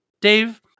Dave